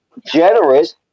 generous